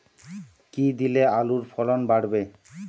কী দিলে আলুর ফলন বাড়বে?